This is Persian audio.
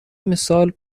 مثال